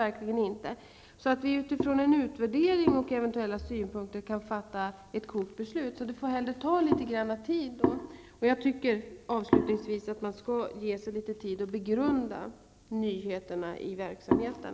Det är med utgångspunkt i en utvärdering och eventuella synpunkter som vi sedan kan fatta ett gott beslut. Det får hellre ta litet tid. Jag tycker att man skall ge sig litet tid att begrunda nyheterna i verksamheten.